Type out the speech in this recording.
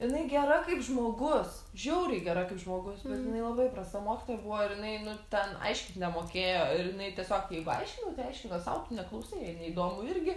jinai gera kaip žmogus žiauriai gera kaip žmogus bet jinai labai prasta mokytoja buvo ir jinai nu ten aiškint nemokėjo ir jinai tiesiog jeigu aiškino tai aiškino sau neklausai jai neįdomu irgi